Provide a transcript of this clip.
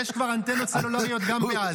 יש כבר אנטנות סלולריות גם בעזה.